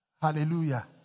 Hallelujah